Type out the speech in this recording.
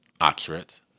accurate